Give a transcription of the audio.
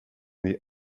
the